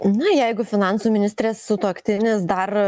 na jeigu finansų ministrės sutuoktinis dar